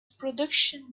production